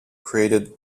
creating